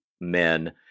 men